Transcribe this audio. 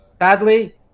Sadly